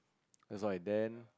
that's all and then